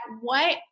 what-